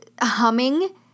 humming